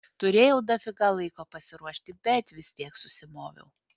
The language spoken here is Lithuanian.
turėjau dafiga laiko pasiruošti bet vis tiek susimoviau